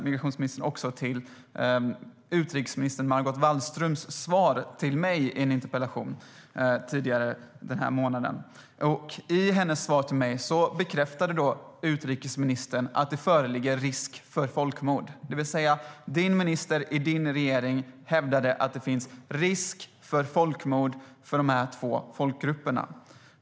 Migrationsministern hänvisar till utrikesminister Margot Wallströms svar till mig i en interpellationsdebatt tidigare under den här månaden. Utrikesministern bekräftade i sitt svar till mig att det föreligger risk för folkmord, det vill säga din minister i din regering hävdade att det finns risk för folkmord på de här två folkgrupperna.